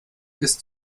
ist